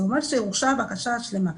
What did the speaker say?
זה אומר שהוגשה הבקשה השלמה.